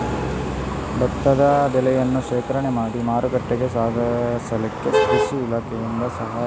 ಭತ್ತದ ಬೆಳೆಯನ್ನು ಶೇಖರಣೆ ಮಾಡಿ ಮಾರುಕಟ್ಟೆಗೆ ಸಾಗಿಸಲಿಕ್ಕೆ ಕೃಷಿ ಇಲಾಖೆಯಿಂದ ಸಹಾಯ ಸಿಗುತ್ತದಾ?